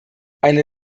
eine